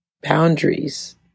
boundaries